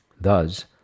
Thus